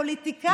הפוליטיקאים,